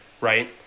right